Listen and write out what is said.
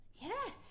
Yes